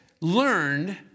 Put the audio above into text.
learned